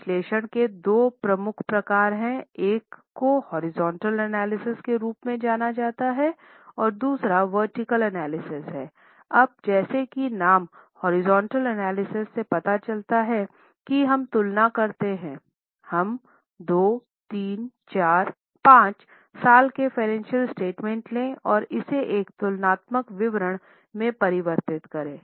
विश्लेषण के दो प्रमुख प्रकार हैं एक को हॉरिजॉन्टल एनालिसिस लें और इसे एक तुलनात्मक विवरण में परिवर्तित करें